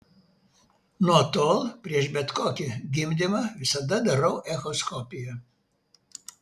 nuo tol prieš bet kokį gimdymą visada darau echoskopiją